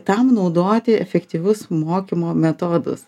tam naudoti efektyvus mokymo metodus